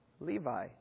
Levi